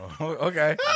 Okay